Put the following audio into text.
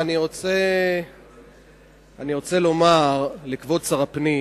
אני רוצה לומר לכבוד שר הפנים